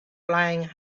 flying